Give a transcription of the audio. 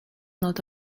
not